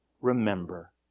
remember